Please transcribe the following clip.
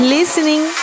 Listening